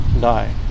die